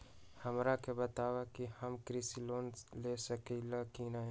हमरा के बताव कि हम कृषि लोन ले सकेली की न?